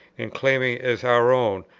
in claiming as our own,